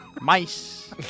Mice